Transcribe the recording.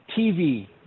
TV